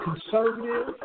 conservative